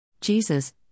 Jesus